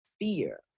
fear